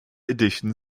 edition